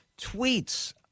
tweets